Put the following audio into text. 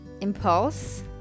impulse